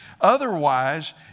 Otherwise